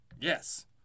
Yes